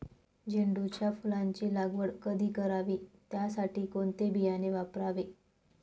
झेंडूच्या फुलांची लागवड कधी करावी? त्यासाठी कोणते बियाणे वापरावे?